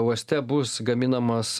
uoste bus gaminamas